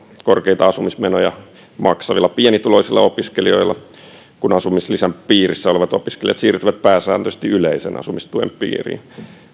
korkeita asumismenoja maksavilla pienituloisilla opiskelijoilla kun asumislisän piirissä olevat opiskelijat siirtyivät pääsääntöisesti yleisen asumistuen piiriin